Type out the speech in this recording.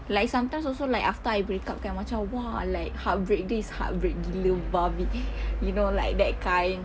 like sometimes also like after I break up kan macam !wah! like heartbreak this heartbreak gila babi you know like that kind